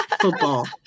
football